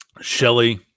shelly